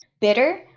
bitter